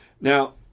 Now